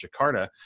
Jakarta